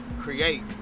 create